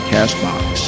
CastBox